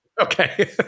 Okay